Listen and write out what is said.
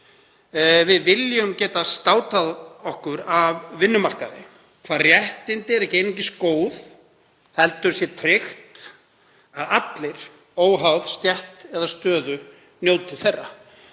Við viljum geta státað okkur af vinnumarkaði hvar réttindi eru ekki einungis góð heldur sé tryggt að allir, óháð stétt eða stöðu, njóti þeirra.